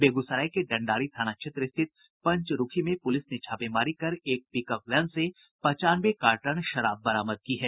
बेगूसराय के डंडारी थाना क्षेत्र स्थित पंचरुखी में पुलिस ने छापेमारी कर एक पिकअप वैन से पचानवे कार्टन शराब बरामद की है